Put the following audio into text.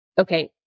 okay